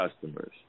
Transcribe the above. customers